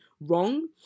wrong